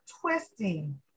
twisting